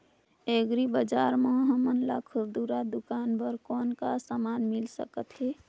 Agri बजार म हमन ला खुरदुरा दुकान बर कौन का समान मिल सकत हे?